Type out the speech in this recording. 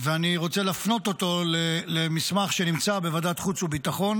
ואני רוצה להפנות אותו למסמך שנמצא בוועדת חוץ וביטחון